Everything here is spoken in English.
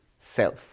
self